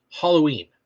Halloween